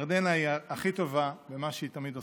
ירדנה היא הכי טובה במה שהיא תמיד עושה.